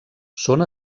són